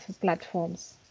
platforms